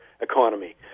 economy